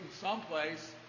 someplace